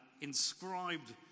inscribed